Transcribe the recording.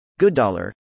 GoodDollar